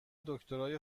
دکترای